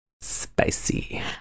spicy